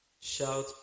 Shout